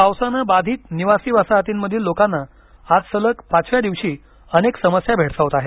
पावसाने बाधित निवासी वसाहतीमधील लोकांना आज सलग पाचव्या दिवशी अनेक समस्या भेडसावत आहेत